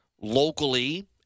locally